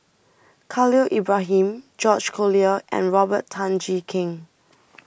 Khalil Ibrahim George Collyer and Robert Tan Jee Keng